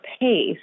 pace